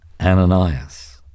Ananias